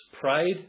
Pride